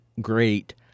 great